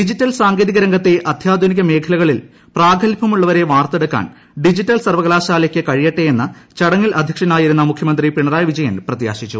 digital സാങ്കേതിക രംഗത്തെ അത്യാധുനിക മേഖലകളിൽ പ്രാഗൽഭ്യമുള്ളവരെ വാർത്തെടുക്കാൻ ഡിജിറ്റൽ സർവകലാശാലയ്ക്ക് കഴിയട്ടെയെന്ന് ചടങ്ങിൽ അധ്യക്ഷനായിരുന്ന പിണറായി വിജയൻ മുഖ്യമന്ത്രി പ്രത്യാശിച്ചു